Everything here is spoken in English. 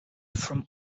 from